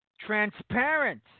transparent